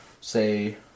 say